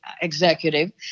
executive